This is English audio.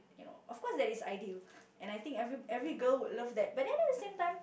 you know of course that is ideal and I think every every girl would love that but then at the same time